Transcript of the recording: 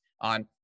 on